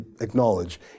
acknowledge